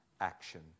action